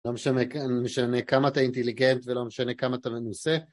לא משנה כמה אתה אינטליגנט ולא משנה כמה אתה מנוסה.